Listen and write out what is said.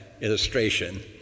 illustration